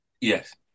Yes